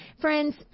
friends